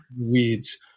weeds